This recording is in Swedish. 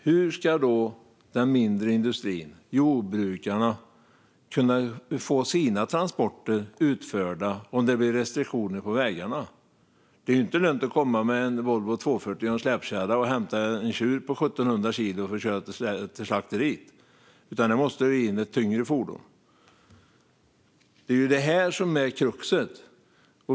Hur ska den mindre industrin och jordbrukarna kunna få sina transporter utförda om det blir restriktioner på vägarna? Det är ju inte lönt att komma med en Volvo 240 och en släpkärra och hämta en tjur på 1 700 kilo för att köra till slakteriet, utan det måste vara ett tyngre fordon. Det är detta som är kruxet.